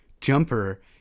Jumper